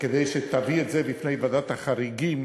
כדי שתביא את זה בפני ועדת החריגים,